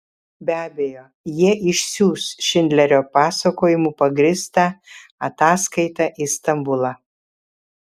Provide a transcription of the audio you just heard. be abejo jie išsiųs šindlerio pasakojimu pagrįstą ataskaitą į stambulą